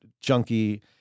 junkie